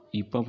ipa